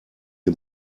die